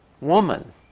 woman